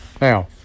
now